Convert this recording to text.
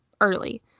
early